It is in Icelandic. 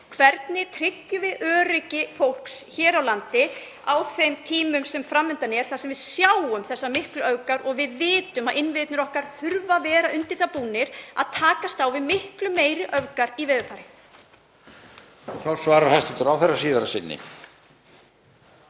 Hvernig tryggjum við öryggi fólks hér á landi á þeim tímum sem fram undan eru þar sem við sjáum þessar miklu öfgar og við vitum að innviðir okkar þurfa að vera undir það búnir að takast á við miklu meiri öfgar í veðurfari? SPEECH_END --- NEXT_SPEECH